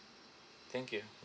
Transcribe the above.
thank you